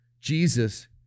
Jesus